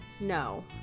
No